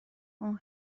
اون